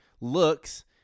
looks